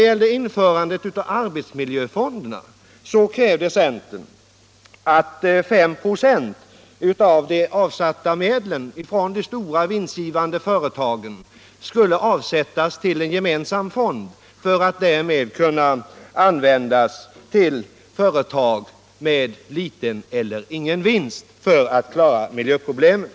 Vad avser arbetsmiljöfonderna krävde centern att 5 96 av de avsatta medlen från de vinstgivande företagen skulle avsättas till en gemensam fond för att hjälpa företag med liten eller ingen vinst att klara miljöproblemen.